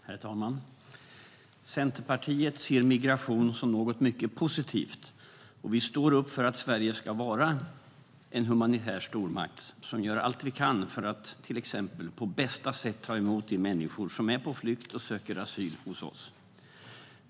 Herr talman! Centerpartiet ser migration som något mycket positivt. Centerpartiet står upp för att Sverige ska vara en humanitär stormakt, där vi gör allt vi kan för att till exempel på bästa sätt ta emot de människor som är på flykt och som söker asyl hos oss.